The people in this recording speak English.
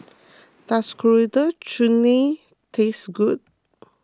does Coriander Chutney taste good